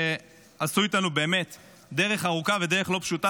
שעשו איתנו באמת דרך ארוכה ודרך לא פשוטה.